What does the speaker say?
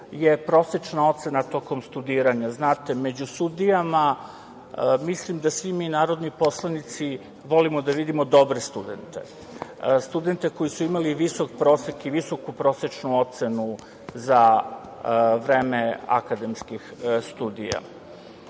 je prosečna ocena tokom studiranja. Znate, među sudijama mislim da svi mi narodni poslanici volimo da vidimo dobre studente, studente koji su imali visok prosek i visoku prosečnu ocenu za vreme akademskih studija. Takođe,